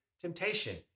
temptation